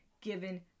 given